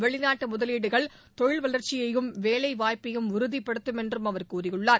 வெளிநாட்டு முதலீடுகள் தொழில் வளர்ச்சியையும் வேலை வாய்ப்பையும் உறுதிப்படுத்தும் என்றும் அவர் கூறியுள்ளார்